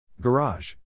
Garage